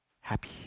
happy